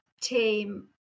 team